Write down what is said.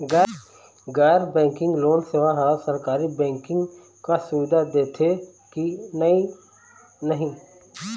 गैर banking loan सेवा हा सरकारी बैंकिंग कस सुविधा दे देथे कि नई नहीं?